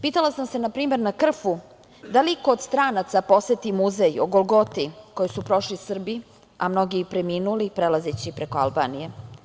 Pitala sam se, na primer, na Krfu, da li iko od stranaca poseti muzej o Golgoti, koju su prošli Srbi, a mnogi i preminuli prelazeći preko Albanije.